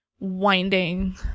winding